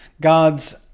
God's